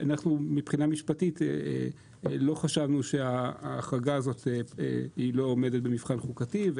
מבחינה משפטית לא חשבנו שההחרגה לא עומדת במבחן חוקתי,